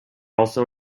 also